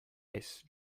ice